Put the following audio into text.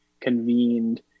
convened